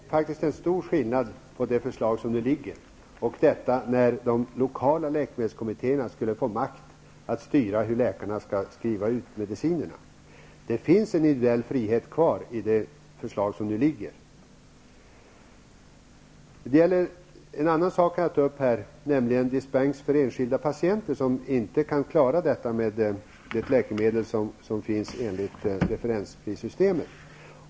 Herr talman! Det är faktiskt en stor skillnad mellan det förslag som nu föreligger och detta när de lokala läkemedelskommittéerna skulle få makt att styra hur läkarna skall skriva ut medicinerna. Det finns en individuell frihet kvar i utskottets förslag. Jag vill också ta upp frågan om dispens för enskilda patienter som inte kan klara sig med det läkemedel som finns enligt referensprissystemet.